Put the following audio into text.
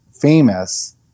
famous